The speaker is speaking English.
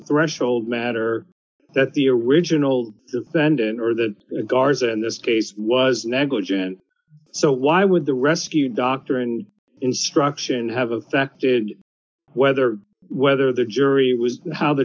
threshold matter that the original defendant or that garza in this case was negligent so why would the rescue doctoring instruction have affected whether whether the jury was how the